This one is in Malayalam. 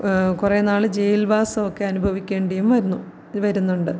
കുറേ നാള് ജയിൽവാസമൊക്കെ അനുഭവിക്കേണ്ടിയും വന്നു വരുന്നുണ്ട്